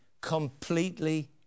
completely